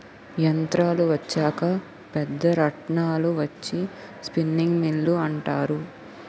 యంత్రాలు వచ్చాక పెద్ద రాట్నాలు వచ్చి స్పిన్నింగ్ మిల్లు అంటారు